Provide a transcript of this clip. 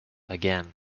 again